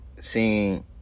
seeing